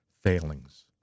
failings